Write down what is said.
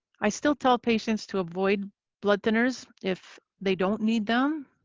i still tell patients to avoid blood thinners if they don't need them.